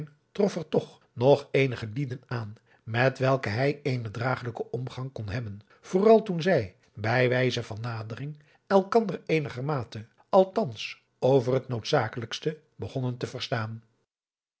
nog eenige lieden aan met welke hij eenen dragelijken omgang kon hebben vooral toen zij bij wijze van nadering elkander eenigermate althans over het noodzakelijkste begonnen te verstaan